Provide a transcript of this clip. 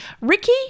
Ricky